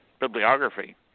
bibliography